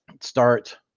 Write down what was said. start